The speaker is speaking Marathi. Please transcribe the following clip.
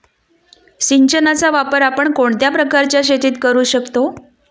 सिंचनाचा वापर आपण कोणत्या प्रकारच्या शेतीत करू शकतो?